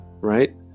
right